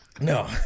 No